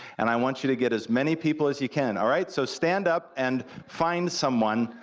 and i want you to get as many people as you can, all right? so stand up and find someone,